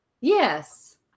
Yes